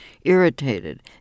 irritated